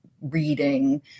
reading